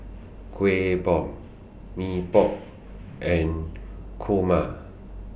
Kueh Bom Mee Pok and Kurma